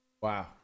Wow